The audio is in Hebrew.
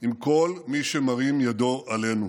עם כל מי שמרים ידו עלינו.